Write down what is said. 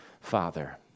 father